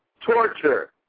torture